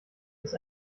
ist